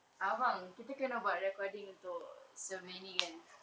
abang kita kena buat recording untuk survey ni kan